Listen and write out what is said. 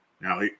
now